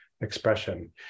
expression